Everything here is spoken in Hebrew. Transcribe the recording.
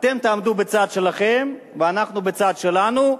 אתם תעמדו בצד שלכם ואנחנו בצד שלנו,